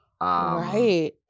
right